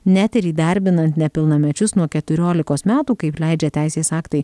net ir įdarbinant nepilnamečius nuo keturiolikos metų kaip leidžia teisės aktai